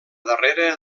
darrera